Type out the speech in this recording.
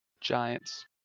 Giants